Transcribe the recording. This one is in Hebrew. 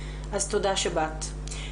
אז תודה שבאת.